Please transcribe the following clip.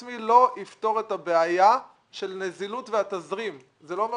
לא יהיה באישור של יושב ראש הוועדה שהוא נגיד בנק ישראל ולא יכול